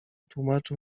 tłumaczył